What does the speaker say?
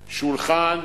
שולחן,